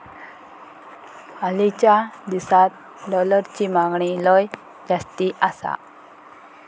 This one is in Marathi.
हालीच्या दिसात डॉलरची मागणी लय जास्ती आसा